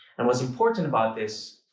and what's important about this.